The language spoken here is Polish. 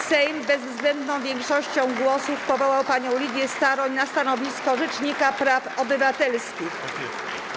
Sejm bezwzględną większością głosów powołał panią Lidię Staroń na stanowisko rzecznika praw obywatelskich.